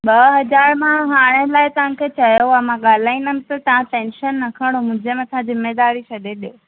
ॿ हज़ार मां हाणे लाइ तव्हांखे चयो आहे मां ॻाल्हाईंदमि त तव्हां टेंशन न खणो मुंहिंजी मथां ज़िम्मेदारी छॾे ॾियो